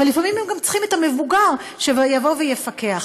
אבל לפעמים הם צריכים גם את המבוגר שיבוא ויפקח.